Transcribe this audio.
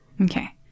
Okay